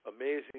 amazing